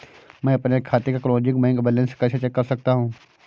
मैं अपने खाते का क्लोजिंग बैंक बैलेंस कैसे चेक कर सकता हूँ?